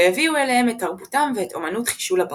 והביאו אליהם את תרבותם ואת אומנות חישול הברזל.